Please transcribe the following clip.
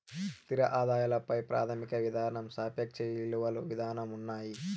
స్థిర ఆదాయాల పై ప్రాథమిక విధానం సాపేక్ష ఇలువ విధానం ఉన్నాయి